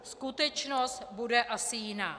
Skutečnost bude asi jiná.